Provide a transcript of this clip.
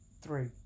Three